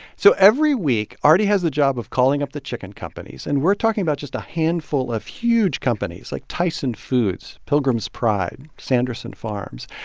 so every week, arty has the job of calling up the chicken companies. and we're talking about just a handful of huge companies like tyson foods, pilgrim's pride, sanderson farms.